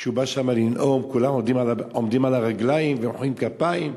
כשהוא בא לנאום שם כולם עומדים על הרגליים ומוחאים כפיים,